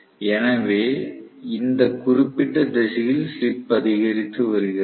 எனவே இந்த குறிப்பிட்ட திசையில் ஸ்லிப் அதிகரித்து வருகிறது